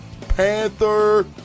Panther